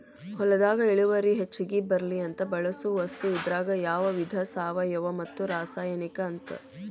ಹೊಲದಾಗ ಇಳುವರಿ ಹೆಚಗಿ ಬರ್ಲಿ ಅಂತ ಬಳಸು ವಸ್ತು ಇದರಾಗ ಯಾಡ ವಿಧಾ ಸಾವಯುವ ಮತ್ತ ರಾಸಾಯನಿಕ ಅಂತ